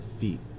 feet